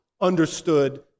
understood